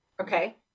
Okay